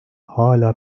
hâlâ